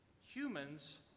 Humans